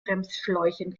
bremsschläuchen